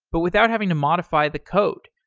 but without having to modify the code,